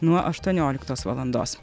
nuo aštuonioliktos valandos